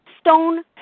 stone